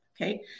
Okay